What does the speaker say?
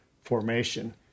formation